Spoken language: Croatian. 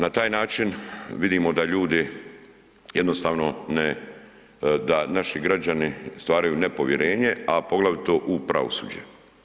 Na taj način vidimo da ljudi jednostavno ne, da naši građani stvaraju nepovjerenje, a poglavito u pravosuđe.